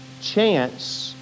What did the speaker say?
Chance